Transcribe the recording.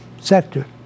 sector